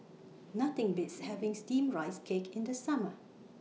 Nothing Beats having Steamed Rice Cake in The Summer